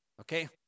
Okay